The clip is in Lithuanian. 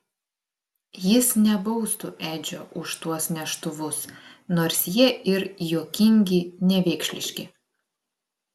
jis nebaustų edžio už tuos neštuvus nors jie ir juokingi nevėkšliški